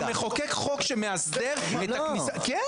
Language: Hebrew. אתה מחוקק חוק שמאסדר את הכניסה --- לא.